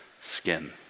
skin